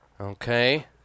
Okay